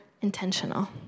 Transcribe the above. intentional